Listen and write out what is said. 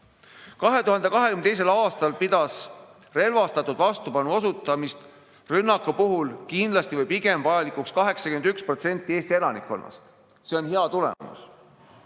2022. aastal pidas relvastatud vastupanu osutamist rünnaku puhul kindlasti või pigem vajalikuks 81% Eesti elanikkonnast. See on hea tulemus.